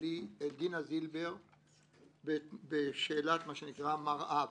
שלי - דינה זילבר בשאלת מראה.